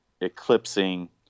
eclipsing